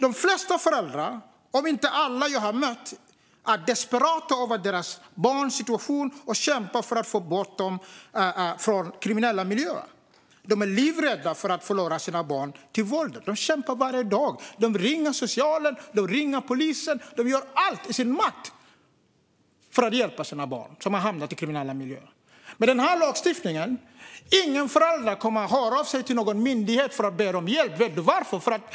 De flesta föräldrar jag har mött, kanske alla, är desperata för sina barns situation och kämpar för att få bort dem från den kriminella miljön. De är livrädda för att förlora sina barn till våldet. De kämpar varje dag. De ringer socialen och polisen. De gör allt i sin makt för att hjälpa sina barn som har hamnat i kriminella miljöer. Med den här lagstiftningen kommer inga föräldrar att höra av sig till någon myndighet för att be om hjälp. Vet du varför, David Josefsson?